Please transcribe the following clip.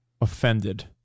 Offended